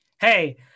hey